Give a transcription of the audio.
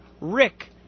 Rick